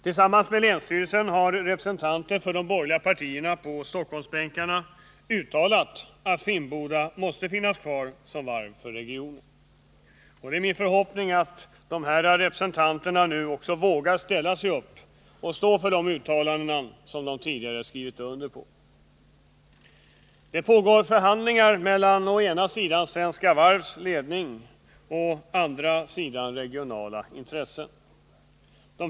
Tillsammans med länsstyrelsen har representanter för de borgerliga partierna på Stockholmsbänkarna uttalat att Finnboda måste finnas kvar som varv för regionen. Det är min förhoppning att dessa representanter nu vågar stå för de uttalanden som de tidigare skrivit under. Det pågår förhandlingar mellan å ena sidan Svenska Varvs ledning och å andra sidan regionala intressen för att säkerställa Finnbodas fortsatta framtid.